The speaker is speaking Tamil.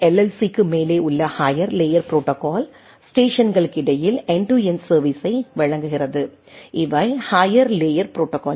சிக்கு மேலே உள்ள ஹையர் லேயர் ப்ரோடோகால் ஸ்டேஷன்களுக்கு இடையில் எண்டு டு எண்டு சர்வீஸை வழங்குகிறது இவை ஹையர் லேயர் ப்ரோடோகால்கள் ஆகும்